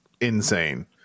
insane